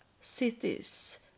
Cities